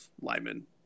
linemen